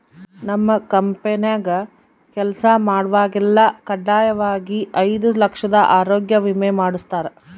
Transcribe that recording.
ನಮ್ ಕಂಪೆನ್ಯಾಗ ಕೆಲ್ಸ ಮಾಡ್ವಾಗೆಲ್ಲ ಖಡ್ಡಾಯಾಗಿ ಐದು ಲಕ್ಷುದ್ ಆರೋಗ್ಯ ವಿಮೆ ಮಾಡುಸ್ತಾರ